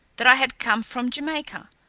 that i had come from jamaica,